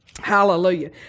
Hallelujah